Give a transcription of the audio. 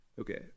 Okay